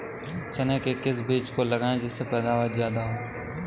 चने के किस बीज को लगाएँ जिससे पैदावार ज्यादा हो?